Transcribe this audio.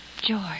George